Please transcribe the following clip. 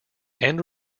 end